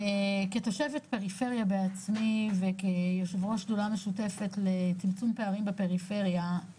כתושבת פריפריה בעצמי וכיושב ראש שדולה משותפת לצמצום פערים בפריפריה,